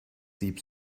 sieb